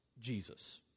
Jesus